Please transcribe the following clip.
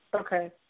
Okay